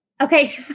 Okay